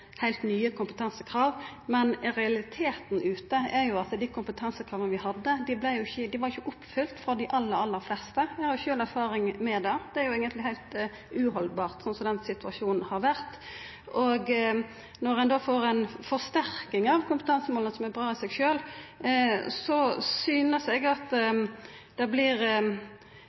heilt nye kompetansekrav, men realiteten ute er jo at dei kompetansekrava vi hadde, ikkje var oppfylte for dei aller, aller fleste. Eg har sjølv erfaring med det, og det er eigentleg heilt uhaldbart slik den situasjonen har vore. Når ein då får ei forsterking av kompetansemåla, noko som er bra i seg sjølv, synest eg det vert defensivt berre å visa til at